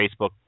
Facebook